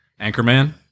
Anchorman